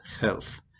health